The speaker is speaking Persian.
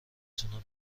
تونم